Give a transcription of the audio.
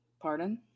Pardon